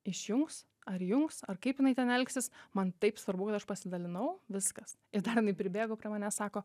išjungs ar įjungs ar kaip jinai ten elgsis man taip svarbu kad aš pasidalinau viskas ir dar jinai pribėgo prie manęs sako